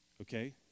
okay